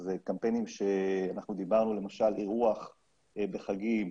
אז קמפיינים שדיברנו על אירוח בחגים,